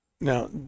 Now